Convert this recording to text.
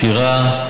שירה,